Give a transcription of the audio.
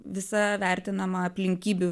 visa vertinama aplinkybių